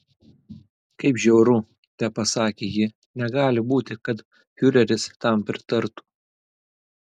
kaip žiauru tepasakė ji negali būti kad fiureris tam pritartų